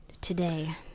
Today